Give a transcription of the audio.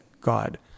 God